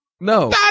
No